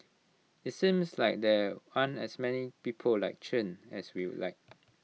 IT seems like there aren't as many people like Chen as we'd like